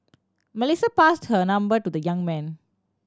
Melissa passed her number to the young man